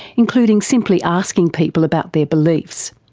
including simply asking people about their beliefs.